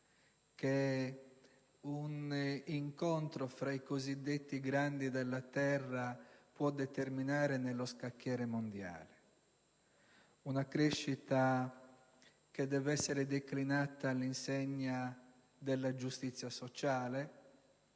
che un incontro tra i cosiddetti grandi della terra può assumere nello scacchiere mondiale. La crescita deve essere declinata all'insegna della giustizia sociale